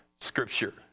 scripture